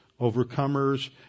overcomers